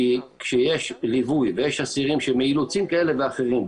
כשיש ליווי ויש אסירים שמאילוצים כאלה ואחרים,